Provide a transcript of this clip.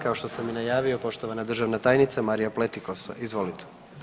Kao što sam i najavio, poštovana državna tajnica Marija Pletikosa, izvolite.